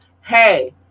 hey